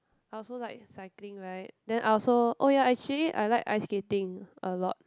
I also like cycling right then I also oh ya actually I like ice skating a lot